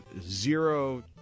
zero